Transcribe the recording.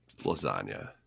lasagna